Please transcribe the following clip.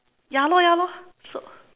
ya lor ya lor so